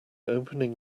opening